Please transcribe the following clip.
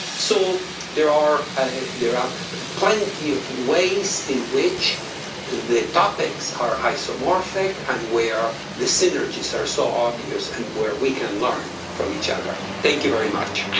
so there are ah there are plenty of ways in which the topics are isomorphic and where the synergies are so obvious and where we can learn form each other. thank you very much.